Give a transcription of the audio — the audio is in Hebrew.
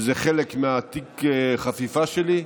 וזה חלק מתיק החפיפה שלי,